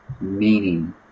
meaning